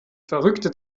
verrückte